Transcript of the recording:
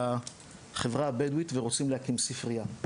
לחברה הבדואית ורוצים להקים ספרייה.